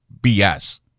BS